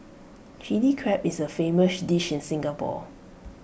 Chilli Crab is A famous dish in Singapore